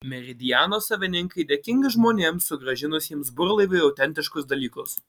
meridiano savininkai dėkingi žmonėms sugrąžinusiems burlaiviui autentiškus dalykus